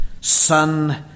son